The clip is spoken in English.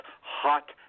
hot